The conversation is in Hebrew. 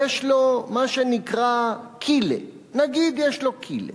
יש לו מה שנקרא "קילע", נגיד יש לו קילע